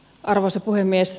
arvoisa puhemies